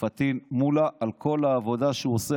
לפטין מולא על כל העבודה שהוא עושה,